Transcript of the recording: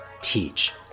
teach